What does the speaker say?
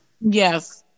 Yes